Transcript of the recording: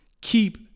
keep